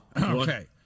Okay